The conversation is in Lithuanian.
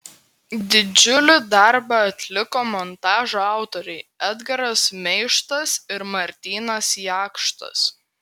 didžiulį darbą atliko montažo autoriai edgaras meištas ir martynas jakštas